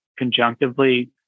conjunctively